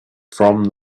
from